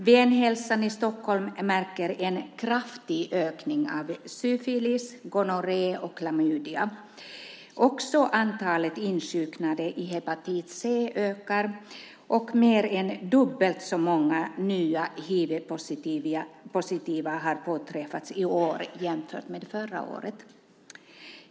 Venhälsan i Stockholm märker en kraftig ökning av syfilis, gonorré och klamydia. Också antalet insjuknade i hepatit C ökar, och mer än dubbelt så många nya hivpositiva har påträffats i år jämfört med förra året.